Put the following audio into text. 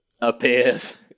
appears